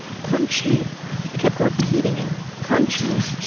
punch me he kept repeating it. punch me.